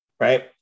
Right